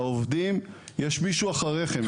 העובדים יש מישהו מאחוריכם.